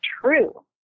true